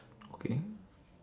okay